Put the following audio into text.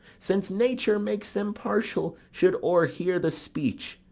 since nature makes them partial, should o'erhear the speech,